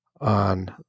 on